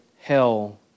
hell